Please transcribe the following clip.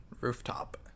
Rooftop